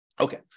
Okay